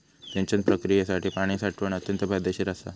सिंचन प्रक्रियेसाठी पाणी साठवण अत्यंत फायदेशीर असा